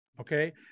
Okay